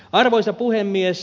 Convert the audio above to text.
arvoisa puhemies